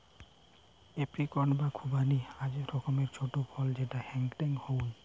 apricot বা খুবানি আক রকমের ছোট ফল যেটা হেংটেং হউক